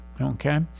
Okay